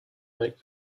make